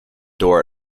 door